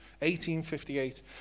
1858